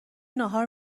ناهار